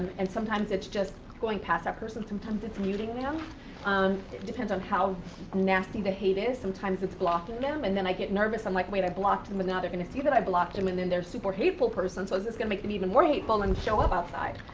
and sometimes it's just going past that person, sometimes it's muting them. it um depends on how nasty the hate is, sometimes it's blocking them and then i get nervous, i'm like wait i blocked them and now they're gonna see that i blocked them and then they're super hateful person so it's just gonna make them even more hateful and show up outside.